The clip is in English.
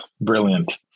brilliant